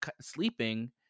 sleeping